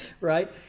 Right